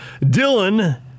Dylan